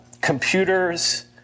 computers